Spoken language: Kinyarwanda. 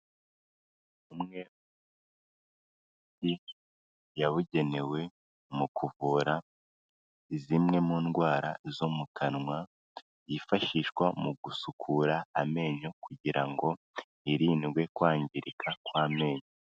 Umwe... yabugenewe mu kuvura zimwe mu ndwara zo mu kanwa, yifashishwa mu gusukura amenyo kugira ngo hirindwe kwangirika kw'amenyo.